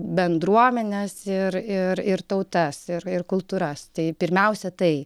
bendruomenes ir ir ir tautas ir ir kultūras tai pirmiausia tai